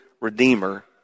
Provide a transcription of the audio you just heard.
Redeemer